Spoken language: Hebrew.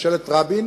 ממשלת רבין,